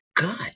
God